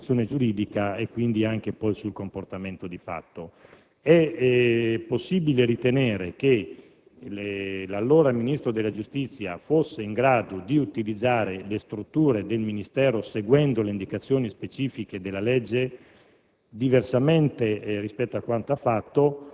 la questione verta su tale valutazione giuridica e, quindi, anche sul comportamento di fatto: se, cioè, è possibile ritenere che l'allora Ministro della giustizia fosse in grado di utilizzare le strutture del Ministero seguendo le indicazioni specifiche della legge,